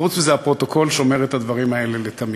חוץ מזה, הפרוטוקול שומר את הדברים האלה לתמיד.